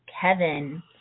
Kevin